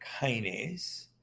kinase